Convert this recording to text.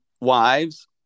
wives